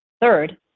Third